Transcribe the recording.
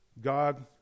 God